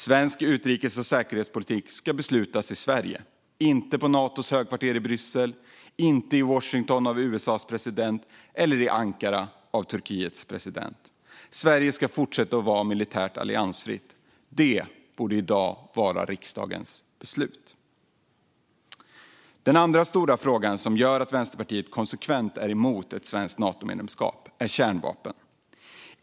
Svensk utrikes och säkerhetspolitik ska beslutas i Sverige, inte på Natos högkvarter i Bryssel, inte i Washington av USA:s president och inte heller i Ankara av Turkiets president. Sverige ska fortsätta att vara militärt alliansfritt. Det borde vara riksdagens beslut i dag. Den andra stora frågan som gör att Vänsterpartiet konsekvent är emot ett svenskt Natomedlemskap är kärnvapen.